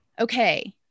okay